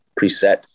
preset